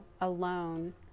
alone